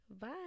bye